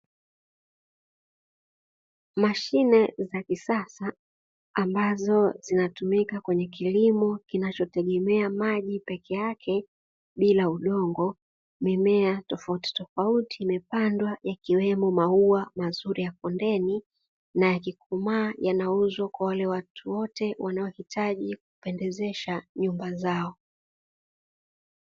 Mashine za kisasa, ambazo zinatumika kwenye kilimo kinachotegemea maji peke yake bila udongo, mimea tofautitofauti imepandwa yakiwemo maua mazuri ya kondeni, na yakikomaa yanauzwa kwa wale watu wote wanaohitaji kupendezesha nyumba zao.